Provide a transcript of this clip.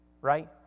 right